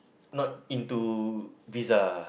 not into pizza